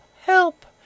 HELP